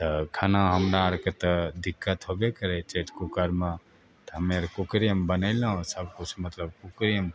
तऽ खाना हमरा आओरके तऽ दिक्कत होबे करै छै तऽ कुकरमे तऽ हमे आओर कुकरेमे बनेलहुँ सबकिछु मतलब कुकरेमे